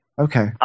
Okay